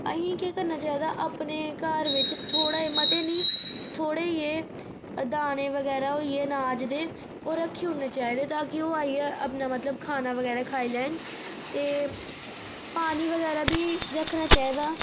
असेंगी केह् करना चाहिदा अपने घर बिच थोह्ड़ा मते नी थोड़े जे दाने वगैरा होई गे अनाज दे ओह् रक्खी उड़ने चाइदे ताकि ओह् आइयै अपना मतलब खाना बगैरा खाई लैन ते पानी बगैरा बी रक्खना चाहिदा